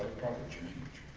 probably change